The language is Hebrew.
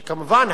כמובן,